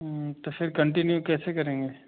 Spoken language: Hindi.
तो फिर कंटीन्यू कैसे करेंगे